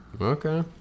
Okay